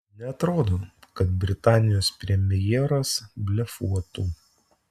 neatrodo kad britanijos premjeras blefuotų